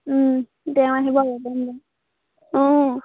তেওঁ আহিব গান গাবলৈ অঁ